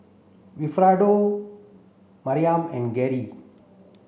Wilfredo Maryann and Gerry